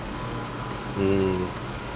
mm